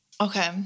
Okay